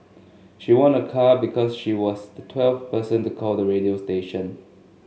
she won a car because she was the twelfth person to call the radio station